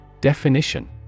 Definition